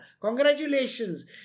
Congratulations